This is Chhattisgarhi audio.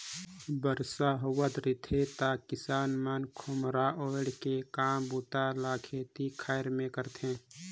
बरसा हावत रिथे त किसान मन खोम्हरा ओएढ़ के काम बूता ल खेती खाएर मे करथे